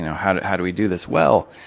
how do how do we do this? well,